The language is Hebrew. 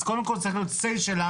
אז קודם כל זה צריך להיות סיי שלנו,